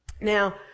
Now